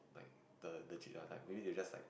like the legit one maybe they just like